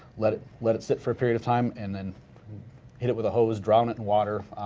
let it let it sit for a period of time, and then hit it with a hose, drown it in water,